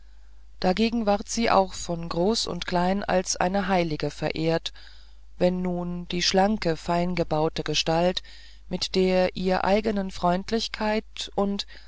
dagegen ward sie auch von groß und klein als eine heilige verehrt wenn nun die schlanke feingebaute gestalt mit der ihr eigenen freundlichkeit und